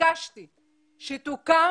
תגידו